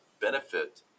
benefit